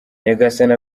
nyagasani